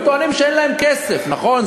הם טוענים שאין להם כסף, נכון?